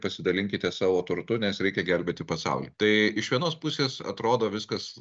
pasidalinkite savo turtu nes reikia gelbėti pasaulį tai iš vienos pusės atrodo viskas